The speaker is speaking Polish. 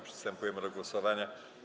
Przystępujemy do głosowania.